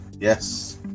yes